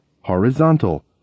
horizontal